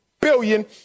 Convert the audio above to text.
billion